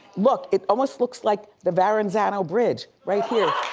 look it almost looks like the verrazzano bridge right here,